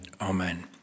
amen